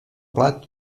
plat